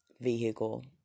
vehicle